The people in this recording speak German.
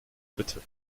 bitte